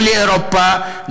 לא לאירופה,